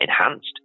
enhanced